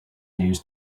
news